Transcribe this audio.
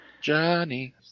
Johnny